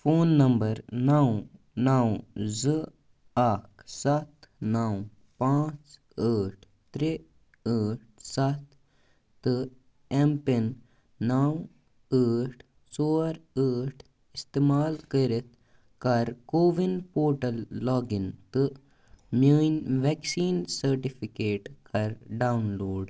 phone number نو نو زٕ اَکھ سَتھ نو پانژھ ٲٹھ ترے ٲٹھ سَتھ تہٕ ایم پِن نو ٲٹھ ژور ٲٹھ اِستعمال کٔرِتھ کَر کووِن پوٹَل لاگ اِن تہِ میٲنۍ ویکسیٖن سٔٹِفِکیٹ کَر ڈَوُنلوڈ